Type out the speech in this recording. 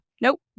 Nope